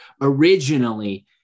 originally